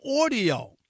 audio